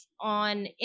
on